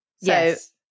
Yes